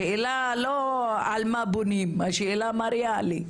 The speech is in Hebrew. השאלה לא על מה בונים, השאלה מה ריאלי.